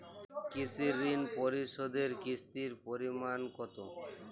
কৃষি ঋণ পরিশোধের কিস্তির পরিমাণ কতো?